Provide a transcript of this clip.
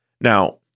Now